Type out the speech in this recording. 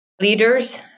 leaders